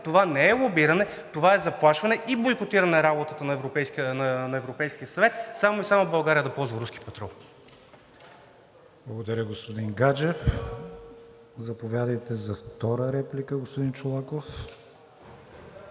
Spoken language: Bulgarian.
това не е лобиране, това е заплашване и бойкотиране работата на Европейския съвет само и само България да ползва руски петрол. ПРЕДСЕДАТЕЛ КРИСТИАН ВИГЕНИН: Благодаря, господин Гаджев. Заповядайте за втора реплика, господин Чолаков.